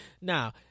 Now